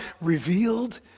revealed